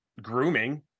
grooming